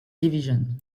division